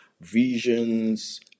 visions